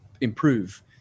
improve